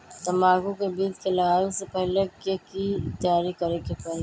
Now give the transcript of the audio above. तंबाकू के बीज के लगाबे से पहिले के की तैयारी करे के परी?